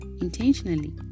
intentionally